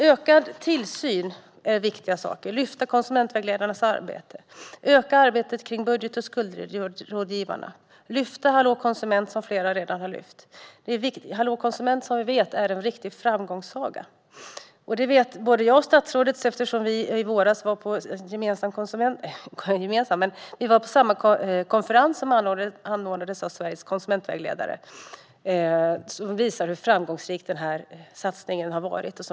Det är viktigt att öka tillsynen, lyfta konsumentvägledarnas arbete, öka arbetet med budget och skuldrådgivarna och lyfta Hallå konsument, som flera redan har nämnt. Hallå konsument är som vi vet en riktig framgångssaga. Det vet både jag och statsrådet, eftersom vi i våras var på samma konferens, anordnad av Sveriges konsumentvägledare, där man visade hur framgångsrik den här satsningen har varit.